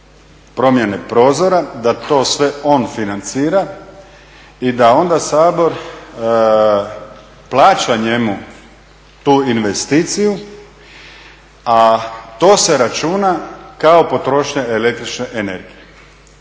promjene prozora, da to sve on financira i da onda Sabor plaća njemu tu investiciju, a to se računa kao potrošnja električne energije.